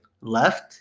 left